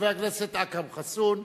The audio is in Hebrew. חבר הכנסת אכרם חסון.